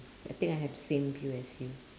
I think I have the same view as you